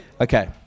Okay